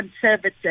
conservative